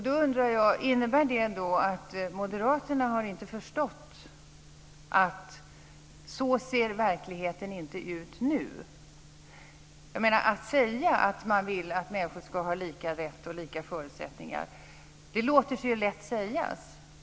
Då undrar jag: Innebär det att moderaterna inte har förstått att verkligheten inte ser ut så nu? Att säga att man vill att människor ska ha lika rätt och lika förutsättningar låter sig ju lätt göras.